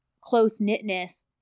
close-knitness